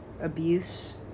abuse